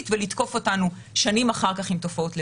ולתקוף אותנו שנים אחר כך עם תופעות לוואי.